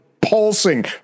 pulsing